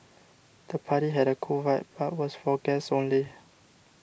the party had a cool vibe but was for guests only